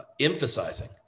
emphasizing